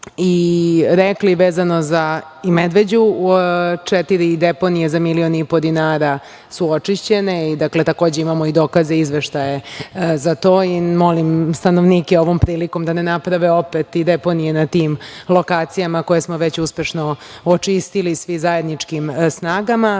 i rekli vezano za Medveđu, četiri deponije za milion i po dinara su očišćene. Takođe imamo i dokaze, izveštaje za to. Molim stanovnike ovom prilikom da ne naprave opet deponije na tim lokacijama koje smo već uspešno očistili svi zajedničkim snagama,